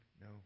No